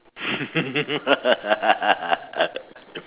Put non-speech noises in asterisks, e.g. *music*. *laughs*